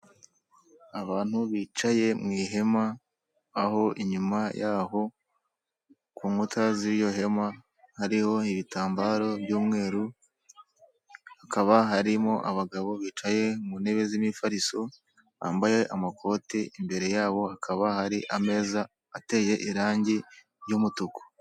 Abantu bicaye mu ihema aho inyuma y'aho ku nkuta z'iryo hema hariho ibitambaro by'umweru, hakaba harimo abagabo bicaye mu ntebe z'imifariso bambaye amakoti imbere y'abo hakaba hari ameza ateye irangi ry'umutuku.